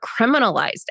criminalized